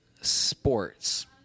sports